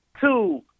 Two